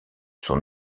son